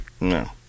No